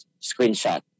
screenshot